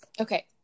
Okay